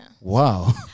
Wow